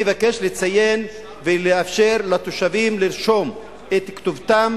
אני מבקש לציין ולאפשר לתושבים לרשום את כתובתם